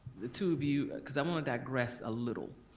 the two of you cause i wanna digress a little.